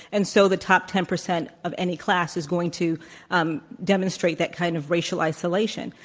and so the top ten percent of any class is going to um demonstrate that kind of racial isolation.